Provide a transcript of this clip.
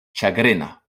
ĉagrena